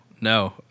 no